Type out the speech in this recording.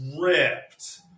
ripped